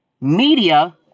media